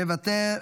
מוותר,